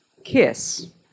kiss